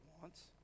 wants